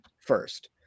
first